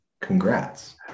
congrats